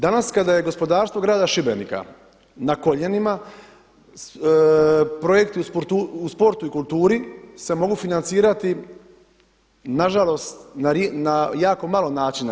Danas kada je gospodarstvo grada Šibenika na koljenima, projekti u sportu i kulturi se mogu financirati nažalost na jako malo način.